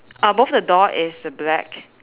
ah both the door is black